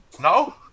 no